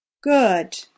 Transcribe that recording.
Good